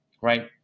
right